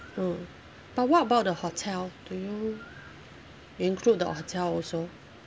mm but what about the hotel do you include the hotel also